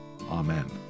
Amen